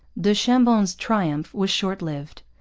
du chambon's triumph was short-lived.